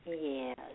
Yes